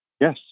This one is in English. Yes